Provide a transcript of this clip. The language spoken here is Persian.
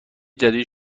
جدید